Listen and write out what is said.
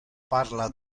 parla